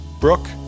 Brooke